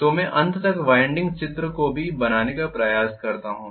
तो मैं अंत तक वाइंडिंग चित्र को भी बनाने का प्रयास करता हूं